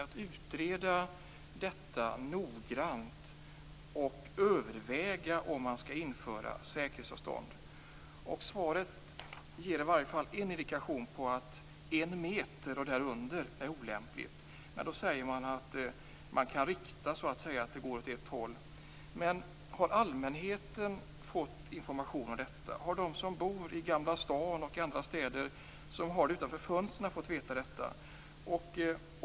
Man bör utreda detta noggrant, och överväga om man skall införa säkerhetsavstånd. Svaret ger i varje fall en indikation om att en meter och därunder är olämpligt avstånd. Man säger också att man kan rikta det hela så att det går åt ett håll. Men har allmänheten fått information om detta? Har de som bor i Gamla stan och på andra ställen där det här finns utanför fönstren fått veta detta?